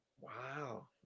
Wow